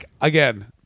Again